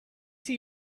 see